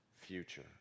future